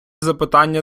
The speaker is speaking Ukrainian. запитання